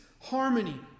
harmony